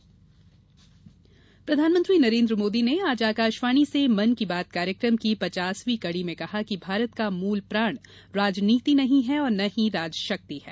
मन की बात प्रधानमंत्री नरेंद्र मोदी ने आज आकाशवाणी से मन की बात कार्यक्रम की पचासवीं कडी में कहा कि भारत का मूल प्राण राजनीति नही हैं और न ही राजशक्ति है